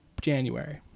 January